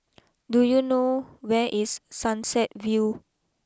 do you know where is Sunset view